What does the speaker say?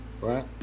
right